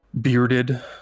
bearded